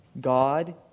God